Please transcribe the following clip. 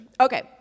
Okay